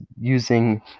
using